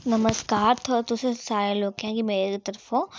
नमस्कार सारे लोकें गी मेरी तरफा